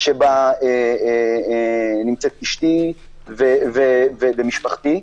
שבו נמצאת אשתי ומשפחתי,